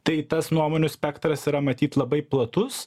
tai tas nuomonių spektras yra matyt labai platus